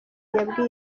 yabwiye